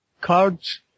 cards